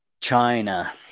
China